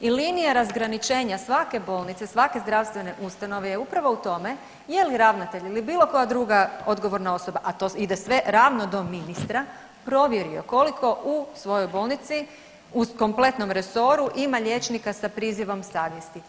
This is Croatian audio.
I linija razgraničenja svake bolnice, svake zdravstvene ustanove je upravo u tome je li ravnatelj ili bilo koja druga odgovorna osoba, a to ide sve ravno do ministra provjerio koliko u svojoj bolnici, u kompletnom resoru ima liječnika sa prizivom savjesti.